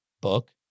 book